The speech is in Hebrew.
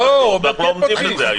--- ואנחנו לא עומדים בזה היום,